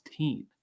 16